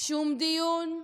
שום דיון,